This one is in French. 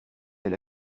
elle